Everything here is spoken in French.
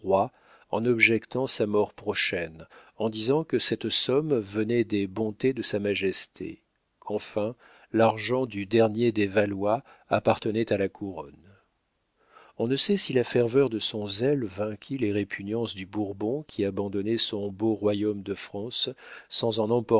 en objectant sa mort prochaine en disant que cette somme venait des bontés de sa majesté qu'enfin l'argent du dernier des valois appartenait à la couronne on ne sait si la ferveur de son zèle vainquit les répugnances du bourbon qui abandonnait son beau royaume de france sans